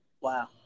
Wow